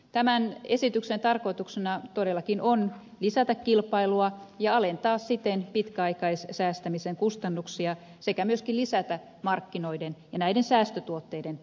tämän esityksen tarkoituksena todellakin on lisätä kilpailua ja alentaa siten pitkäaikaissäästämisen kustannuksia sekä myöskin lisätä markkinoiden ja näiden säästötuotteiden läpinäkyvyyttä